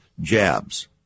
jabs